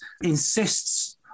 insists